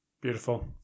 beautiful